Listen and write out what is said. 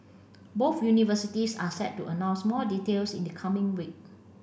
both universities are set to announce more details in the coming week